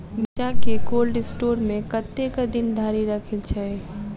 मिर्चा केँ cold store मे कतेक दिन धरि राखल छैय?